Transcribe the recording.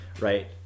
right